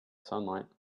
sunlight